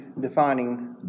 defining